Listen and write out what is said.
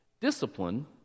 Discipline